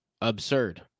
absurd